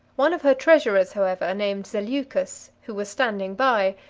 one of her treasurers, however, named zeleucus, who was standing by,